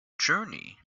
journey